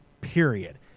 period